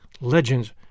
legends